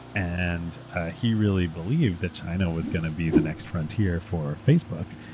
and ah he really believed that china was going to be the next frontier for facebook.